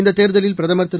இந்த தேர்தலில் பிரதமர் திரு